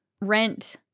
rent